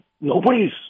nobody's